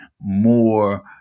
more